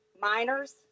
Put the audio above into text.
Minors